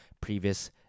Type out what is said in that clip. previous